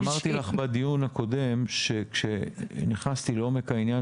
אני אמרתי לך בדיון הקודם שכשנכנסתי לעומק העניין